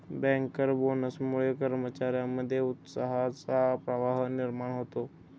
banker बोनसमुळे कर्मचार्यांमध्ये उत्साहाचा प्रवाह निर्माण होतो